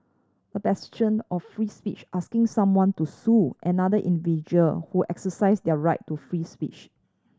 a bastion of free speech asking someone to sue another individual who exercised their right to free speech